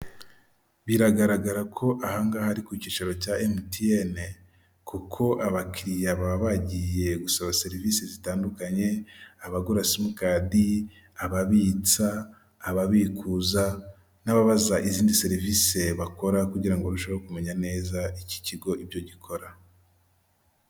Biragaragara ko ahangaha ari ku kicaro cya emutiyeni kuko abakiriya baba bagiye gusaba serivisi zitandukanye abagura simukadi, ababitsa, ababikuza n'ababaza izindi serivisi bakora kugira ngo barusheho kumenya neza iki kigo ibyo gikora.